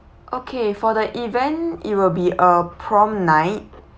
okay for the event it will be a prom night